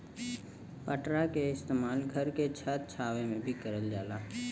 पटरा के इस्तेमाल घर के छत छावे में भी करल जाला